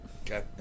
Okay